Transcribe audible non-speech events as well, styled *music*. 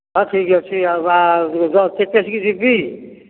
ହଉ ଠିକ୍ ଅଛି *unintelligible* କେତେ ତାରିଖ ଯିବି